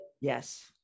yes